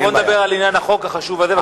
עכשיו, בוא ונדבר על עניין החוק החשוב הזה.